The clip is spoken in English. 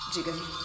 Diga-me